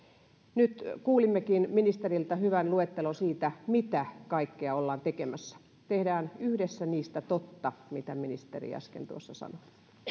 nyt kuulimmekin ministeriltä hyvän luettelon siitä mitä kaikkea ollaan tekemässä tehdään yhdessä niistä totta mitä ministeri äsken tuossa sanoi